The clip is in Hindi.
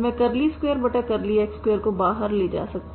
मैं 2x2 को बाहर ले जा सकती हूं